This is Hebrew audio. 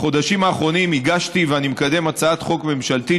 בחודשים האחרונים הגשתי ואני מקדם הצעת חוק ממשלתית